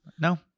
no